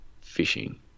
fishing